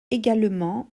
également